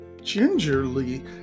gingerly